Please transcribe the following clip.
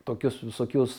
tokius visokius